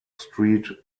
street